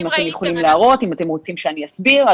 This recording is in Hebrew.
אם אתם יכולים להראות ואם אתם רוצים שאני אסביר.